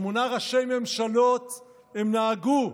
שמונה ראשי ממשלות הם נהגו,